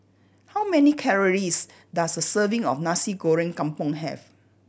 how many calories does a serving of Nasi Goreng Kampung have